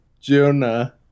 Jonah